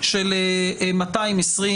הניסוח של